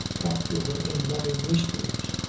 talk to her in loving whispers.